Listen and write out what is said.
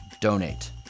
donate